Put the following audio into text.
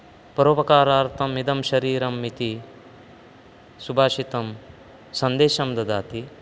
परोपकारार्थम् इदं शरीरम् इति सुभाषितं सन्देशं ददाति